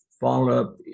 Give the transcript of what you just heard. follow-up